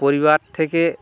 পরিবার থেকে